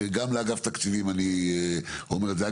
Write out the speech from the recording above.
גם לאגף תקציבים אני אומר את זה.